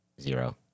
Zero